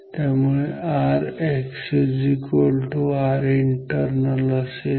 त्यामुळे जर RxRinternal असेल